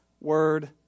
word